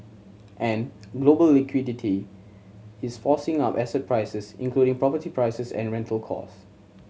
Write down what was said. and global liquidity is forcing up asset prices including property prices and rental cost